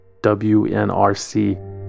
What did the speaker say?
WNRC